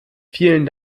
vielen